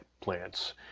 plants